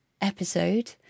episode